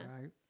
right